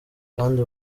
kandi